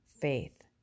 faith